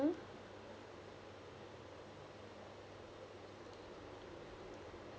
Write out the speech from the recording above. mm